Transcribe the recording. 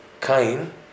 Cain